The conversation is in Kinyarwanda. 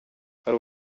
hari